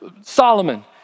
Solomon